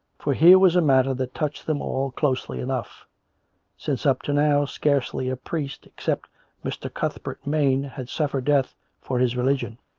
for here was a matter that touched them all closely enough since up to now scarcely a priest except mr. cuthbert maine had suffered death for his religion